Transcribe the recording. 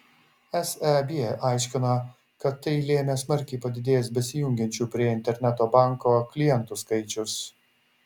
seb aiškina kad tai lėmė smarkiai padidėjęs besijungiančių prie interneto banko klientų skaičius